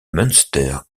münster